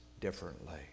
differently